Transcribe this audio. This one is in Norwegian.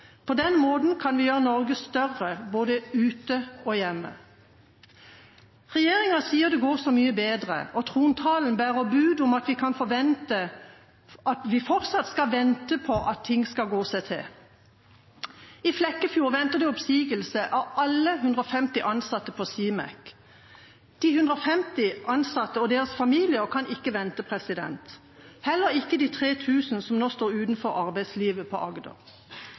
På den måten kan vi gjøre Norge større både ute og hjemme. Regjeringa sier det går så mye bedre, og trontalen bærer bud om at vi kan forvente at vi fortsatt må vente på at ting skal gå seg til. I Flekkefjord venter de oppsigelse av alle 150 ansatte på Simek. De 150 ansatte og deres familier kan ikke vente, heller ikke de 3 000 som nå står utenfor arbeidslivet i Agder.